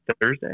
Thursday